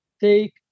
take